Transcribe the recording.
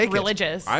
religious